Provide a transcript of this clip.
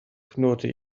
knurrte